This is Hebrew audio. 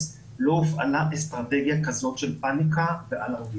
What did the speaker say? לא הופעלה אסטרטגיה כזאת של פאניקה אלרמיזם.